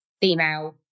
female